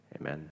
amen